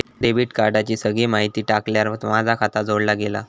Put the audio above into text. debit कार्डाची सगळी माहिती टाकल्यार माझा खाता जोडला गेला